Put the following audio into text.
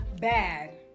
bad